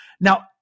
Now